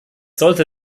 sollte